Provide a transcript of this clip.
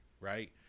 right